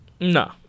No